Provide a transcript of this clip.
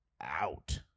out